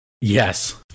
Yes